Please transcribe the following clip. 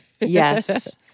yes